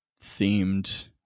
themed